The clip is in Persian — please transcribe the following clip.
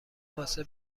واسه